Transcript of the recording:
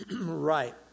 Right